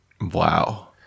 Wow